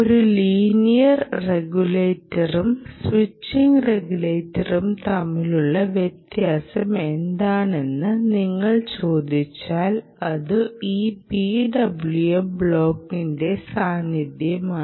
ഒരു ലീനിയർ റെഗുലേറ്ററും സ്വിച്ചിംഗ് റെഗുലേറ്ററും തമ്മിലുള്ള വ്യത്യാസം എന്താണ് എന്ന് നിങ്ങൾ ചോദിച്ചാൽ അത് ഈ PWM ബ്ലോക്കിന്റെ സാന്നിധ്യമാണ്